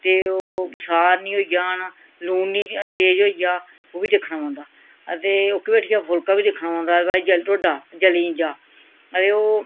ते ओह् बसार नी होई जान लून नी तेज़ होई जा ओह् बी दिक्खना पौंदा आ ते ओह्की भेठियै फुलका बी दिक्खना पौंदा भाई टोडा जली नी जा आं ते ओह्